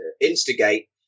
instigate